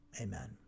Amen